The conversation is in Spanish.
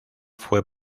fue